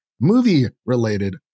movie-related